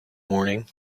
morning